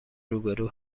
روبرو